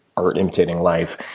art imitating life,